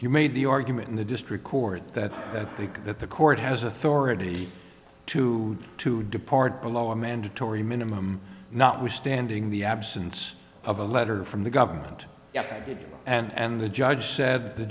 you made the argument in the district court that i think that the court has authority to to depart below a mandatory minimum notwithstanding the absence of a letter from the government yes i did and the judge said the